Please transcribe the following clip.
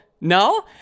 No